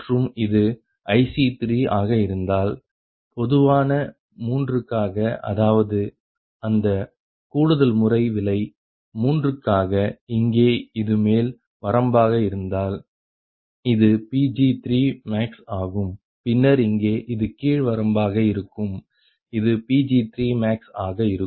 மற்றும் இது IC3 ஆக இருந்தால் பொதுவான மூன்றுக்காக அதாவது அந்த கூடுதல்முறை விலை மூன்றுக்காக இங்கே இது மேல் வரம்பாக இருந்தால் இது Pg3max ஆகும் பின்னர் இங்கே இது கீழ் வரம்பாக இருக்கும் இது Pg3max ஆக இருக்கும்